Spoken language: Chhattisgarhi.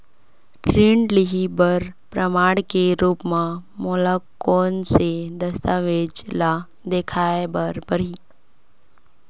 ऋण लिहे बर प्रमाण के रूप मा मोला कोन से दस्तावेज ला देखाय बर परही?